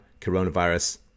coronavirus